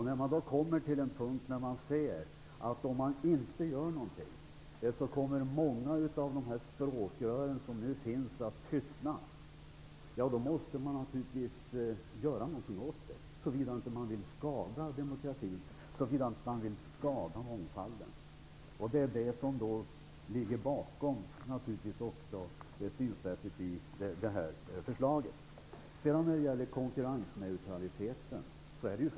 När man då kommer till en punkt där man ser att om man inte gör någonting kommer många av de språkrör som nu finns att tystna måste man naturligtvis göra någonting åt det, såvida man inte vill skada demokratin, mångfalden. Det är det som ligger bakom förslaget. Sedan till konkurrensneutraliteten.